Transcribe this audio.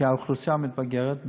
כי האוכלוסייה מתבגרת,